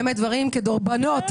דברים כדורבנות,